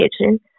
Kitchen